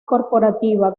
corporativa